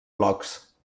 blocs